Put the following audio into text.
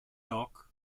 dock